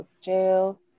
jail